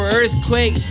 earthquake